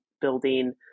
building